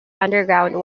underground